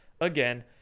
Again